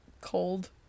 Cold